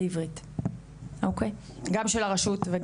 אוקי, גם של הרשות?